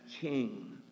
king